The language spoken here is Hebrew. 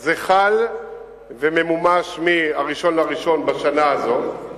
זה חל וממומש מ-1 בינואר בשנה הזאת,